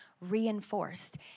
reinforced